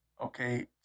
Okay